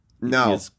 no